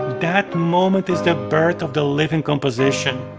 that moment is the birth of the living composition.